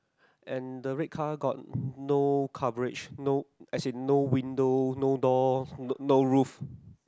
and the red car got no coverage no as in no window no door no no roof